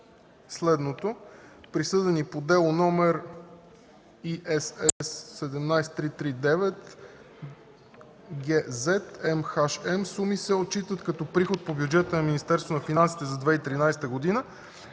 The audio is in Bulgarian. следното: „присъдените по дело, № ICC 17339 GZ/MNM, суми се отчитат като приход по бюджета на Министерството на финансите за 2013 г.”